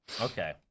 Okay